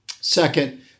Second